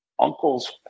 uncle's